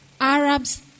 Arabs